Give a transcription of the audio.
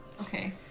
Okay